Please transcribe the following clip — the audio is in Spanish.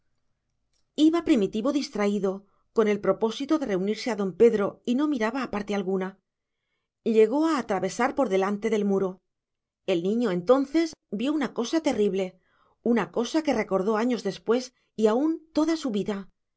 iba primitivo distraído con el propósito de reunirse a don pedro y no miraba a parte alguna llegó a atravesar por delante del muro el niño entonces vio una cosa terrible una cosa que recordó años después y aun toda su vida